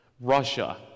Russia